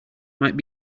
might